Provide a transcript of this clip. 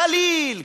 גליל,